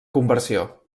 conversió